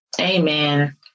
Amen